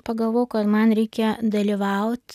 pagalvojau kad man reikia dalyvaut